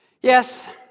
Yes